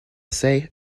say